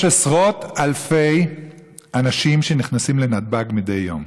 יש עשרות אלפי אנשים שנכנסים לנתב"ג מדי יום.